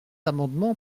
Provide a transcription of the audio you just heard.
amendement